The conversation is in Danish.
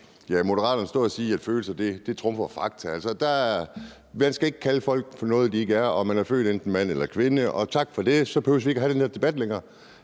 Moderaterne stå og sige, at følelser trumfer fakta. Altså, man skal ikke kalde folk for noget, de ikke er, og man er født enten som mand eller kvinde, og tak for det, og så behøver vi ikke have den her debat længere.